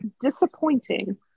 disappointing